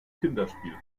kinderspiel